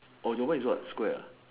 oh your one is what square ah